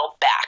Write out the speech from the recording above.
back